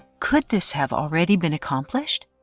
could this have already been accomplished?